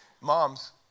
Moms